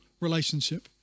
relationship